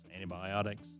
antibiotics